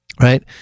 Right